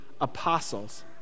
apostles